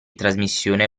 trasmissione